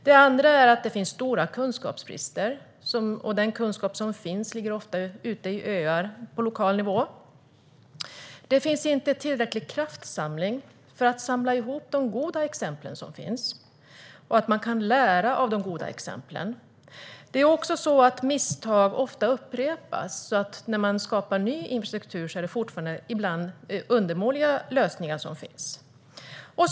Den andra är att det finns stora kunskapsbrister och att den kunskap som finns ofta ligger ute i öar på lokal nivå. Det sker inte tillräcklig kraftsamling för att samla ihop de goda exempel som finns, så att man kan lära av dem. Det är också så att misstag ofta upprepas; när man skapar ny infrastruktur blir det fortfarande ibland undermåliga lösningar.